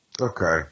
Okay